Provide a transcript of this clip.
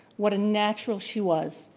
what a natural she was,